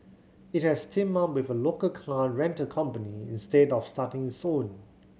it has teamed up with a local car rental company instead of starting its own